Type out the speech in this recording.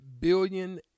billion